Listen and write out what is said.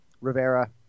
Rivera